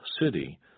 city